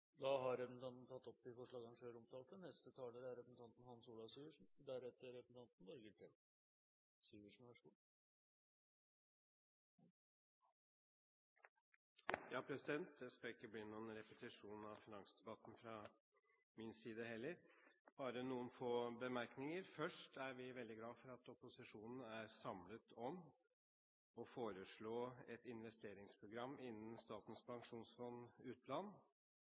Representanten Jan Tore Sanner har tatt opp de forslagene han refererte til. Det skal ikke bli noen repetisjon av finansdebatten fra min side heller, bare noen få bemerkninger. Først: Vi er veldig glad for at opposisjonen er samlet om å foreslå et investeringsprogram innen Statens pensjonsfond